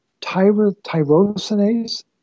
tyrosinase